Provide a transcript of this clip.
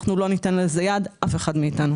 אנחנו לא ניתן לזה יד, אף אחד מאיתנו.